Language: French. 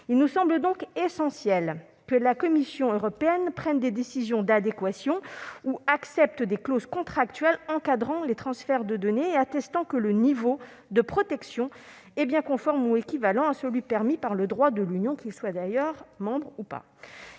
Il nous semble donc essentiel que la Commission européenne prenne des décisions d'adéquation ou accepte des clauses contractuelles pour encadrer les transferts de données et attester que le niveau de protection est bien conforme ou équivalent à celui permis par le droit de l'Union, que l'hébergeur soit d'ailleurs européen